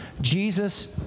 Jesus